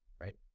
right